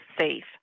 safe